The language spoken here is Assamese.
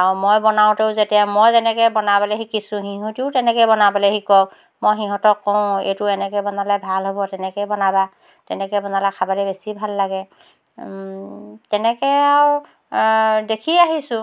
আৰু মই বনাওঁতেও যেতিয়া মই যেনেকৈ বনাবলৈ শিকিছোঁ সিহঁতিও তেনেকৈ বনাবলৈ শিকক মই সিহঁতক কওঁ এইটো এনেকৈ বনালে ভাল হ'ব তেনেকৈ বনাবা তেনেকৈ বনালে খাবলৈ বেছি ভাল লাগে তেনেকৈ আৰু দেখি আহিছোঁ